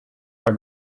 are